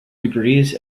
degrees